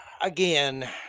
Again